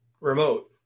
remote